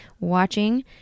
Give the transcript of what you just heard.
watching